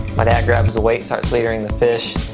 my dad grabs the weight, starts leadering the fish.